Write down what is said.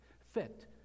fit